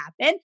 happen